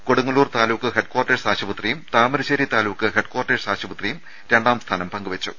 Kodungallur taluk headquarters ആശുപത്രിയും Thamarassery taluk headquarters ആശുപത്രിയും രണ്ടാംസ്ഥാനം പങ്കുവെച്ചു